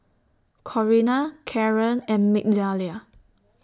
Corrina Karan and Migdalia